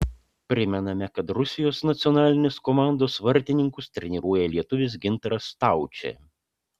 primename kad rusijos nacionalinės komandos vartininkus treniruoja lietuvis gintaras staučė